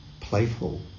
playful